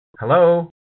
Hello